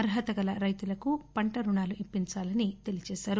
అర్హతగల రైతులకు పంట రుణాలు ఇప్పించాలని తెలిపారు